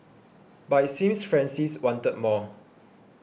but it seems Francis wanted more